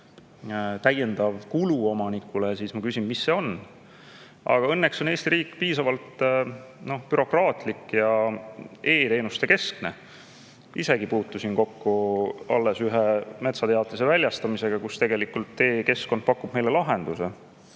täiendav kulu omanikule, siis ma küsin, mis see on. Aga õnneks on Eesti riik piisavalt bürokraatlik ja e-teenuste keskne. Ma ise puutusin äsja kokku ühe metsateatise väljastamisega. Tegelikult e-keskkond pakub meile lahenduse,